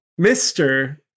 Mr